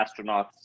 astronauts